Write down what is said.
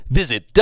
visit